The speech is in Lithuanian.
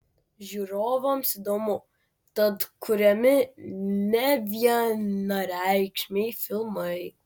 žiūrovams įdomu tad kuriami nevienareikšmiai filmai